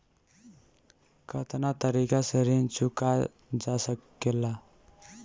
कातना तरीके से ऋण चुका जा सेकला?